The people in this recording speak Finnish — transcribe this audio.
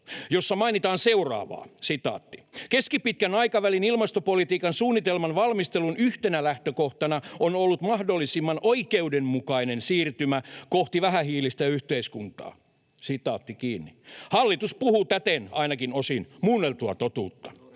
jossa mainitaan seuraavaa: ”Keskipitkän aikavälin ilmastopolitiikan suunnitelman valmistelun yhtenä lähtökohtana on ollut mahdollisimman oikeudenmukainen siirtymä kohti vähähiilistä yhteiskuntaa.” Hallitus puhuu täten, ainakin osin, muunneltua totuutta.